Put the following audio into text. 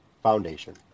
foundation